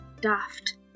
daft